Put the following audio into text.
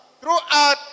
throughout